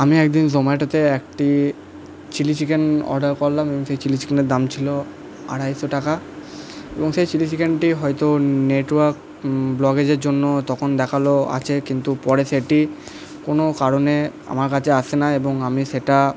আমি এক দিন জোম্যাটোতে একটি চিলি চিকেন অর্ডার করলাম এবং সেই চিলি চিকেনের দাম ছিল আড়াইশো টাকা এবং সেই চিলি চিকেনটি হয়তো নেটওয়ার্ক ব্লকেজের জন্য তখন দেখালো আছে কিন্তু পরে সেটি কোনো কারণে আমার কাছে আসে না এবং আমি সেটা